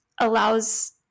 allows